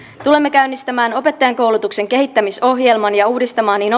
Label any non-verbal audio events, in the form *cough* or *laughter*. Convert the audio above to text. tulemme käynnistämään opettajankoulutuksen kehittämisohjelman ja uudistamaan niin *unintelligible*